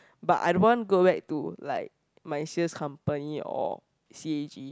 but I don't want go back to like my sales company or c_a_g